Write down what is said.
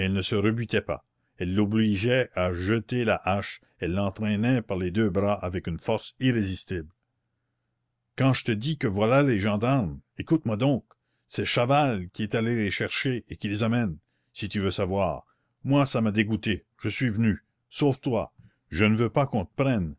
ne se rebutait pas elle l'obligeait à jeter la hache elle l'entraînait par les deux bras avec une force irrésistible quand je te dis que voilà les gendarmes écoute-moi donc c'est chaval qui est allé les chercher et qui les amène si tu veux savoir moi ça m'a dégoûtée je suis venue sauve-toi je ne veux pas qu'on te prenne